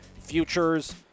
futures